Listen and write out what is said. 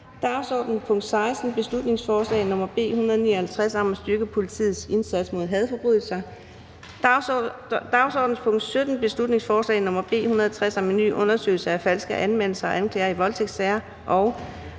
dagsordenens punkt 16, beslutningsforslag nr. B 159 om at styrke politiets indsats mod hadforbrydelser, dagsordenens punkt 17, beslutningsforslag nr. B 160 om en ny undersøgelse af falske anmeldelser og anklager i voldtægtssager, og